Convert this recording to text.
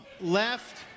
left